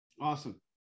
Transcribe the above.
awesome